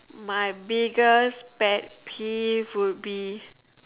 my biggest pet peeve would be